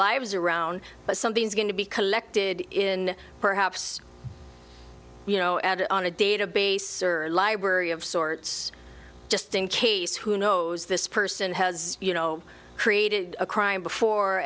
lives around but something's going to be collected in perhaps you know add on a database or a library of sorts just in case who knows this person has you know created a crime before